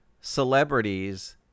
celebrities